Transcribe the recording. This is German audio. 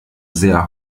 sehr